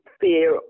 fear